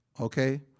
Okay